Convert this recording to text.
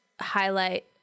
highlight